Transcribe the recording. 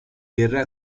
verrà